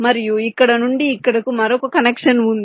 మరియు ఇక్కడ నుండి ఇక్కడకు మరొక కనెక్షన్ ఉంది